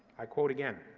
i quote again.